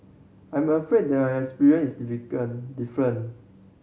I'm afraid there is experience is different